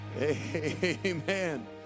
Amen